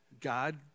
God